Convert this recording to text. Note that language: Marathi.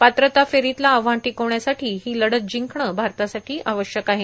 पात्रता फेरोतलं आव्हान टिकवण्यासाठी ही लढत जिंकणं भारतासाठी आवश्यक आहे